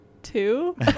two